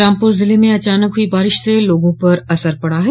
रामपुर जिले में अचानक हुई बारिश से लोगों पर असर पड़ा है